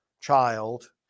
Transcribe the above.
child